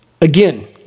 again